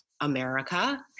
America